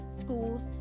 schools